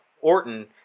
Orton